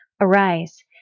Arise